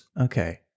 Okay